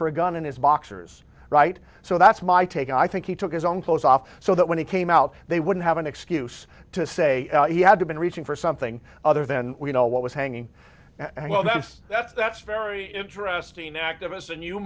for a gun in his boxers right so that's my take i think he took his own clothes off so that when he came out they would have an excuse to say he had been reaching for something other than you know what was hanging well that's that's that's very interesting activist and you